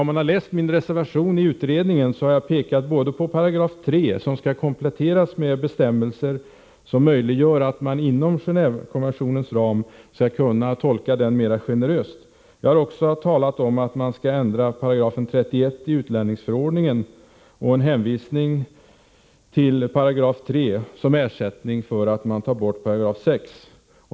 Den som har läst min reservation i utredningen vet att jag för det första pekat på att 3 § bör kompletteras med bestämmelser som möjliggör en generösare tolkning inom Genéve-konventionens ram samt hänvisat till att denna paragraf bör ersätta 6 §. Jag har för det andra talat om att 31 § i utlänningsförordningen bör ändras.